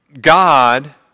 God